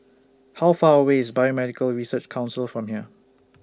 How Far away IS Biomedical Research Council from here